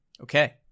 Okay